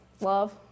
love